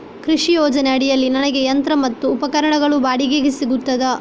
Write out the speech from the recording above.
ಕೃಷಿ ಯೋಜನೆ ಅಡಿಯಲ್ಲಿ ನನಗೆ ಯಂತ್ರ ಮತ್ತು ಉಪಕರಣಗಳು ಬಾಡಿಗೆಗೆ ಸಿಗುತ್ತದಾ?